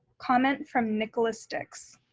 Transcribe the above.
comment from nicholas dix.